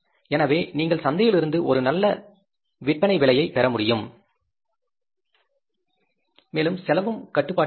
எனவே நீங்கள் சந்தையில் இருந்து ஒரு நல்ல சேல்ஸ் விலையை பெற முடியும் மேலும் செலவும் கட்டுப்பாட்டில் இருக்கும்